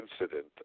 incident